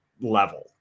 level